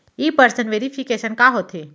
In person verification का होथे?